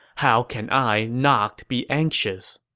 how can i not be anxious?